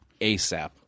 ASAP